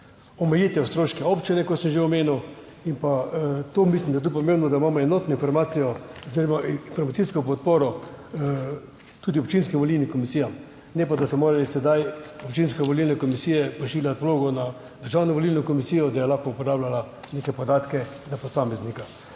Omejitev stroškov občine, kot sem že omenil. Mislim, da je tudi pomembno, da imamo enotno informacijo oziroma informacijsko podporo tudi za občinske volilne komisije. Ne pa da so morale sedaj občinske volilne komisije pošiljati vlogo na Državno volilno komisijo, da je lahko uporabljala neke podatke za posameznika.